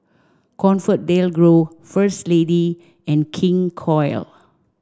ComfortDelGro First Lady and King Koil